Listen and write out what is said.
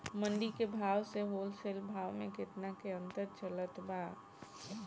मंडी के भाव से होलसेल भाव मे केतना के अंतर चलत बा?